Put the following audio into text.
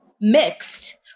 mixed